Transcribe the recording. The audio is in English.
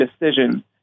decision